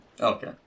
Okay